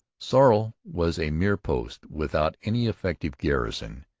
sorel was a mere post without any effective garrison.